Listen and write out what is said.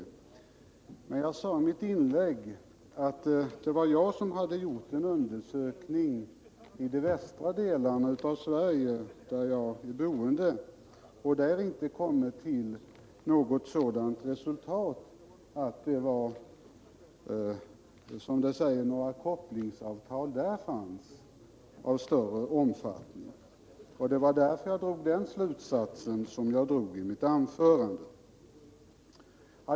Men vad jag sade i mitt inlägg var att jag hade gjort en undersökning i de västra delarna av Sverige, där jag är bosatt, och då kommit fram till resultatet att det inte förekom kopplingsavtal i någon större omfattning där. Det var därför jag drog den slutsats som jag redovisade i mitt anförande.